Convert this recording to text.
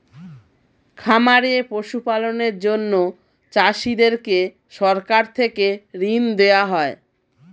খামারে পশু পালনের জন্য চাষীদেরকে সরকার থেকে ঋণ দেওয়া হয়